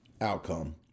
outcome